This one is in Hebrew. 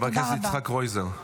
חבר הכנסת יצחק קרויזר.